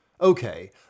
Okay